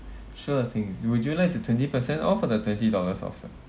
sure things would you like the twenty percent off or the twenty dollars off sir